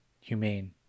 humane